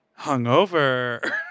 hungover